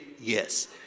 yes